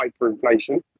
hyperinflation